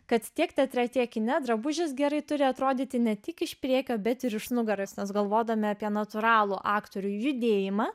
kad tiek teatre tiek kine drabužis gerai turi atrodyti ne tik iš priekio bet ir iš nugaros nes galvodami apie natūralų aktorių judėjimą